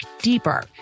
deeper